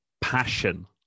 passion